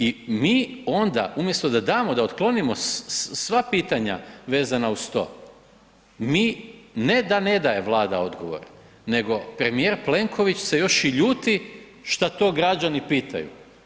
I mi onda, umjesto da damo, da otklonimo sva pitanja vezana uz to, mi, ne da ne daje Vlada odgovor nego premijer Plenković se još i ljuti što to građani pitaju.